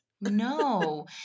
No